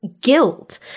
guilt